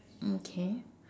okay